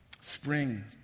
Spring